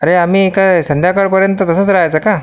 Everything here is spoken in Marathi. अरे आम्ही काय संध्याकाळपर्यंत तसंच राहायचं का